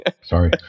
Sorry